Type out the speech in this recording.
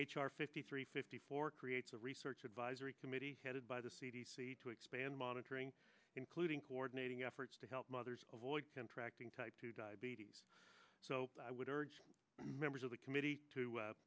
r fifty three fifty four creates a research advisory committee headed by the c d c to expand monitoring including coordinating efforts to help mothers avoid contracting type two diabetes so i would urge members of the committee to